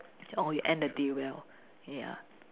or you end the day well ya